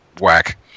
whack